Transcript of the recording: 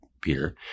Peter